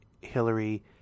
Hillary